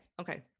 okay